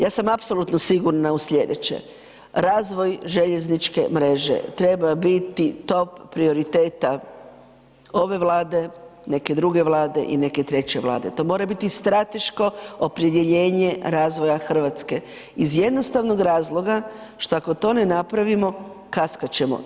Ja sam apsolutno sigurna u sljedeće, razvoj željezničke mreže treba biti top prioriteta ove Vlade, neke druge vlade i neke treće vlade, to mora biti strateško opredjeljenje razvoja Hrvatske iz jednostavnog razloga šta ako to ne napravimo kaskat ćemo.